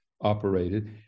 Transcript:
operated